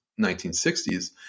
1960s